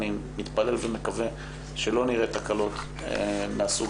אני מתפלל ומקווה שלא נראה תקלות מהסוג